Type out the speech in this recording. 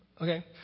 Okay